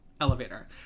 Elevator